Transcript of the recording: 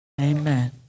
amen